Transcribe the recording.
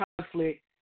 conflict